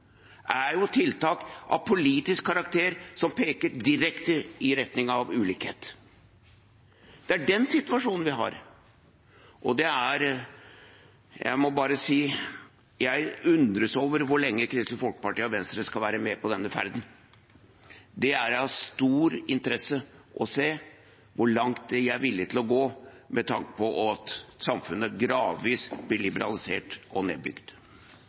er jo tiltak av politisk karakter som peker direkte i retning av ulikhet. Det er den situasjonen vi har, og jeg må bare si jeg undrer på hvor lenge Kristelig Folkeparti og Venstre skal være med på denne ferden. Det er av stor interesse å se hvor langt de er villige til å gå med tanke på at samfunnet gradvis blir liberalisert og nedbygd.